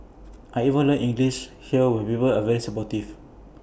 I even learnt English here with people are very supportive